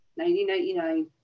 1999